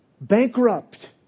Bankrupt